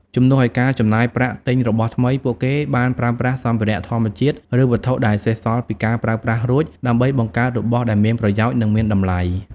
ជំនួសឲ្យការចំណាយប្រាក់ទិញរបស់ថ្មី ពួកគេបានប្រើប្រាស់សម្ភារៈធម្មជាតិ ឬវត្ថុដែលសេសសល់ពីការប្រើប្រាស់រួច ដើម្បីបង្កើតរបស់ដែលមានប្រយោជន៍ និងមានតម្លៃ។